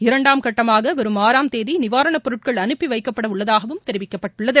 இரண்டாம்கட்டமாக வரும் ஆறாம் தேதி நிவாரணப்பொருட்கள் அனுப்பி வைக்கப்பட உள்ளதாகவும் தெரிவிக்கப்பட்டுள்ளது